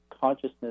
consciousness